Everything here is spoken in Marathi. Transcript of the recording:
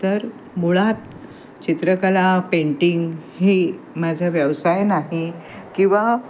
तर मुळात चित्रकला पेंटिंग ही माझा व्यवसाय नाही किंवा